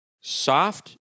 soft